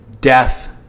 Death